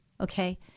okay